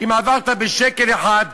אם עברת בשקל אחד,